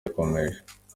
rikomeje